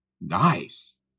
Nice